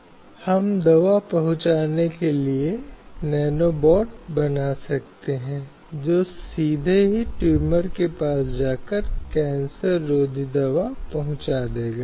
हम अगली बार भारतीय संविधान के भाग चार में आते हैं जो राज्य नीति के निर्देशक सिद्धांतों का पालन करता है